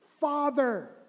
Father